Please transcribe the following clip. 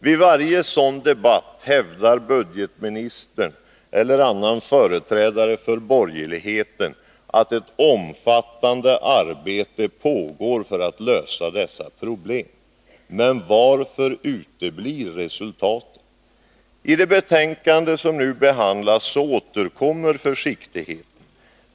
Vid varje sådan debatt hävdar budgetministern eller någon annan företrädare för borgerligheten att ett omfattande arbete pågår för att lösa dessa problem. Men varför uteblir resultaten? I det betänkande som nu behandlas återkommer försiktigheten.